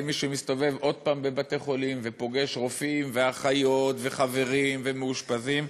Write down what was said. כמי שמסתובב בבתי-חולים ופוגש רופאים ואחיות וחברים ומאושפזים,